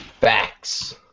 Facts